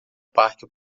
parque